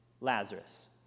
Lazarus